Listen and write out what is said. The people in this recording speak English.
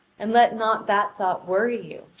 and let not that thought worry you!